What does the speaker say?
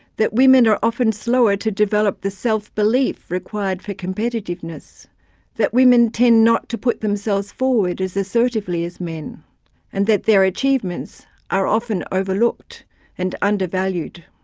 that women are often slower to develop the self-belief required for competitiveness competitiveness that women tend not to put themselves forward as assertively as men and that their achievements are often over-looked and undervalued.